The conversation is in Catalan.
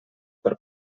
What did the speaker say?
per